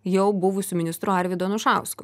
jau buvusiu ministru arvydu anušausku